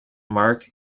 mark